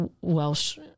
welsh